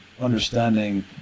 understanding